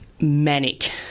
Manic